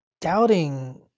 doubting